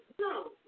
no